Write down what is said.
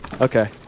Okay